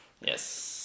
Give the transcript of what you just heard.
Yes